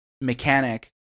mechanic